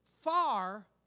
far